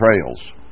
trails